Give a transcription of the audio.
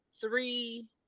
three